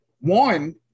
One